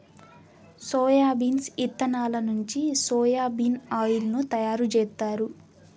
soybeans ఇత్తనాల నుంచి soya bean oil ను తయారు జేత్తారు